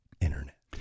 internet